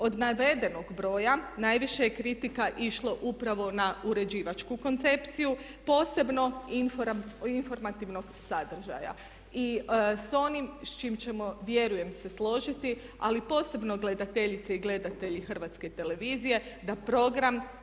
Od navedenog broja najviše je kritika išlo upravo na uređivačku koncepciju posebno informativnog sadržaja i s onim s čim ćemo se vjerujem se složiti ali posebno gledateljice i gledatelji HRT-a da program.